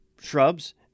shrubs